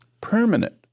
Permanent